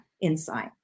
insight